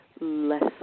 less